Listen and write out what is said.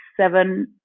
seven